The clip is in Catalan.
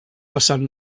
vessant